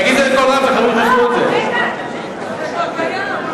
תגיד את זה בקול רם שאחרים ישמעו את זה.